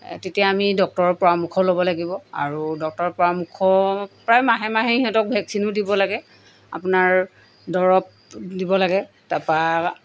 তেতিয়া আমি ডক্টৰৰ পৰামৰ্শ ল'ব লাগিব আৰু ডক্টৰৰ পৰামৰ্শ প্ৰায় মাহে মাহে সিহঁতক ভেকচিনো দিব লাগে আপোনাৰ দৰৱ দিব লাগে তাৰপৰা